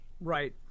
Right